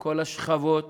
כל השכבות,